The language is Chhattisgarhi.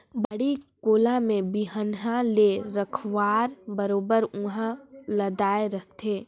बाड़ी कोला में बिहन्हा ले रखवार बरोबर उहां लदाय रहथे